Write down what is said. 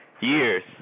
Years